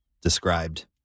described